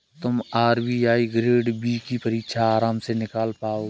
तुम RBI grade B की परीक्षा आराम से निकाल पाओगे